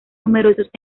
numerosos